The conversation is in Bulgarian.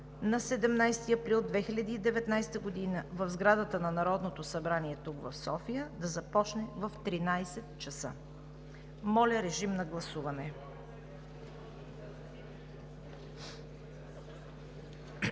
на 17 април 2019 г. в сградата на Народното събрание, тук, в София, да започне в 13,00 ч.“ Моля, режим на гласуване.